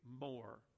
more